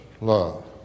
love